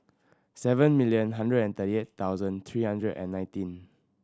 seven million hundred and thirty eight million three hundred and nineteen